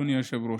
אדוני היושב-ראש: